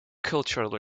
cultural